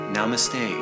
Namaste